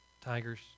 tigers